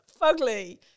Fugly